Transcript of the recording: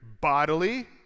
bodily